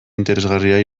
interesgarria